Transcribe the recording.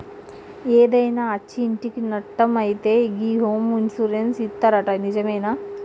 ఏదైనా అచ్చి ఇంటికి నట్టం అయితే గి హోమ్ ఇన్సూరెన్స్ ఇత్తరట నిజమేనా